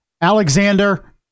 Alexander